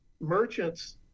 merchants